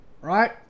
Right